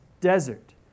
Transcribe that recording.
desert